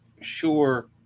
sure